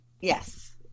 Yes